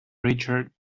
richard